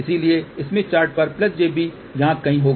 इसलिए Smith chart पर jb यहां कहीं होगा